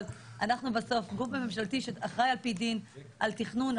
אבל אנחנו בסוף גוף ממשלתי שאחראי על פי דין על תכנון,